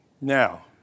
Now